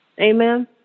Amen